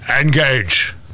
Engage